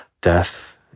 death